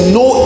no